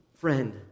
Friend